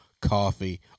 coffee